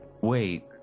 Wait